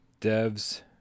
Devs